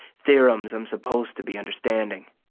theorems i'm supposed to be understanding.